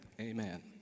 Amen